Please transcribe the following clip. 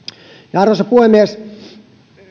arvoisa puhemies